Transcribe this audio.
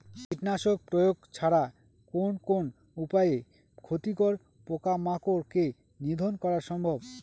কীটনাশক প্রয়োগ ছাড়া কোন কোন উপায়ে ক্ষতিকর পোকামাকড় কে নিধন করা সম্ভব?